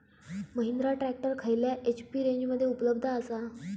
Mahindra tractor खयल्या HP रेंजमध्ये उपलब्ध आसा?